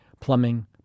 plumbing